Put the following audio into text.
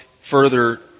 further